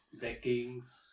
deckings